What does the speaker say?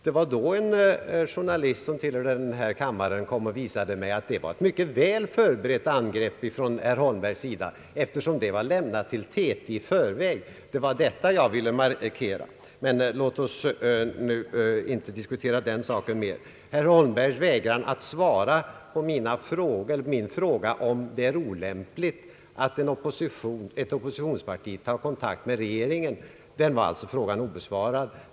Det var då en journalist som tillhör denna kammare kom och visade mig att det var ett mycket väl förberett angrepp från herr Holmbergs sida, eftersom manuskriptet var lämnat till TT i förväg. Det var detta jag ville markera men låt oss inte nu diskutera den saken mer. Herr Holmberg vägrade att svara på min fråga om det är olämpligt att ett oppositionsparti tar kontakt med regeringen. Den frågan är alltså obesvarad.